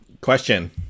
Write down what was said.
Question